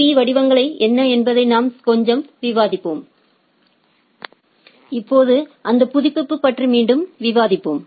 பீ வடிவங்கள் என்ன என்பதை நாம் கொஞ்சம் விவாதித்தோம் இப்போது அந்த புதுப்பிப்பு பற்றி மீண்டும் விவாதிப்போம்